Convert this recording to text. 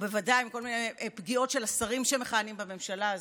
ובוודאי מכל מיני פגיעות של השרים שמכהנים בממשלה הזאת,